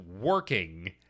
working